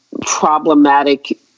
problematic